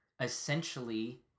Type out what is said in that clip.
essentially